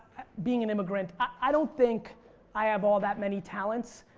being an immigrant i don't think i have all that many talents.